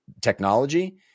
technology